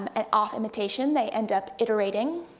and off imitation, they end up iterating,